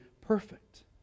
perfect